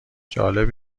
جالب